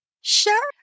sure